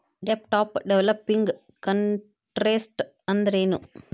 ಡೆಬ್ಟ್ of developing countries ಅಂದ್ರೇನು?